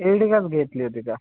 एडीकाच घेतली होती का